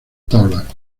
tablas